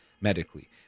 medically